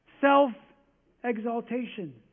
Self-exaltation